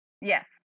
Yes